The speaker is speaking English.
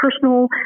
personal